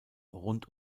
rund